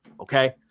Okay